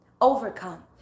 Overcome